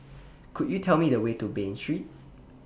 Could YOU Tell Me The Way to Bain Street